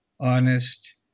honest